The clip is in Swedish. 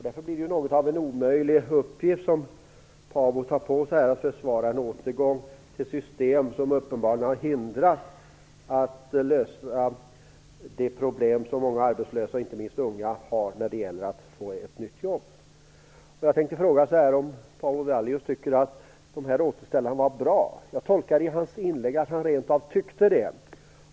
Därför blir det något av en omöjlig uppgift som Paavo Vallius tar på sig att försvara en återgång till ett system som uppenbarligen har hindrat att lösa de problem som många arbetslösa, inte minst unga, har när det gäller att få ett nytt jobb. Jag skulle vilja fråga om Paavo Vallius tycker att återställarna var bra. Jag tolkade hans inlägg så att han rent av tyckte det.